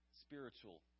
Spiritual